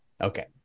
Okay